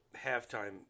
Halftime